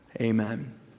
amen